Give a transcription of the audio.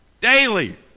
Daily